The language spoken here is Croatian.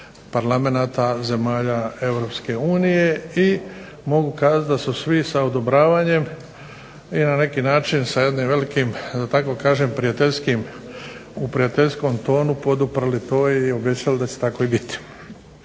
parlamenta zemalja EU. I mogu kazati da su svi sa odobravanjem i na neki način sa jednim velikim da tako kažem prijateljskom tonu poduprli to i obećali da će tako i biti.